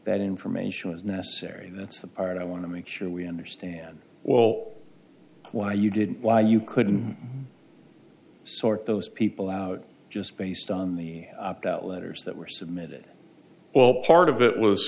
that information was necessary and that's the part i want to make sure we understand well why you didn't why you couldn't sort those people out just based on the letters that were submitted well part of it was